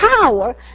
power